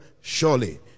surely